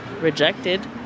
rejected